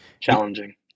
challenging